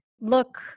look